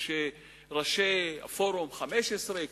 כשראשי פורום ה-15,